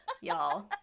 y'all